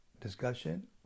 discussion